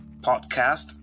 podcast